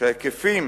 שההיקפים